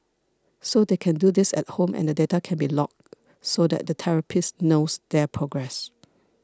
so they can do this at home and the data can be logged so that the therapist knows their progress